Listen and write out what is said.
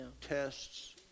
tests